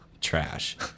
Trash